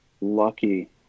lucky